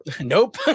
nope